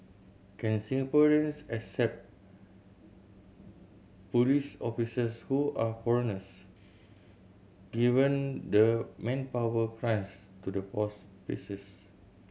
can Singaporeans accept police officers who are foreigners given the manpower crunch to the force faces